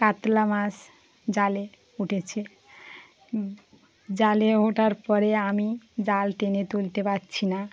কাতলা মাস জালে উঠেছে জালে ওটার পরে আমি জাল টেনে তুলতে পারছি না